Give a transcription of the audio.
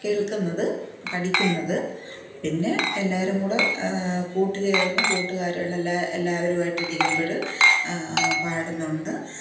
കേൾക്കുന്നത് പഠിക്കുന്നത് പിന്നെ എല്ലാവരുംകൂടെ കൂട്ടുചേർന്ന് കൂട്ടുകാരികൾ എല്ലാ എല്ലാവരുമായിട്ടിരിക്കുമ്പോള് പാടുന്നുണ്ട്